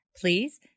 Please